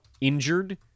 injured